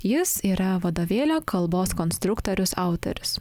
jis yra vadovėlio kalbos konstruktorius autorius